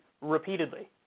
repeatedly